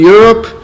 Europe